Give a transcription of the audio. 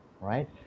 right